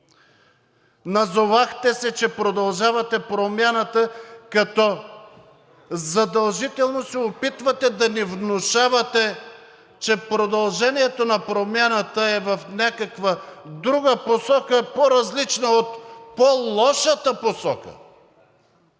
Назовахте се, че продължавате промяната, като задължително се опитвате да ни внушавате, че продължението на промяната в някаква друга посока е по-различна от по-лошата посока.